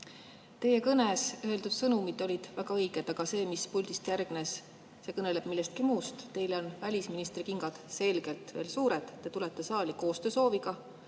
Teie kõnes öeldud sõnumid olid väga õiged, aga see, mis puldist on järgnenud, kõneleb millestki muust. Teile on välisministri kingad selgelt veel suured. Te tulete saali koostöösooviga,